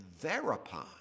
thereupon